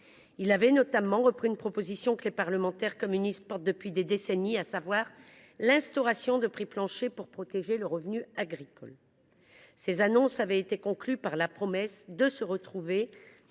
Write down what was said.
reprenant notamment une proposition que les parlementaires communistes défendent depuis des décennies, à savoir l’instauration de prix plancher pour protéger le revenu agricole. Ces annonces ont été conclues par la promesse d’un nouveau